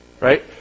Right